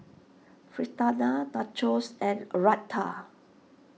Fritada Nachos and Raita